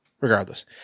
Regardless